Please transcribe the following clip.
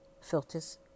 filters